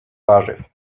warzyw